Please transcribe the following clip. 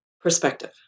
perspective